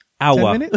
Hour